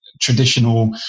traditional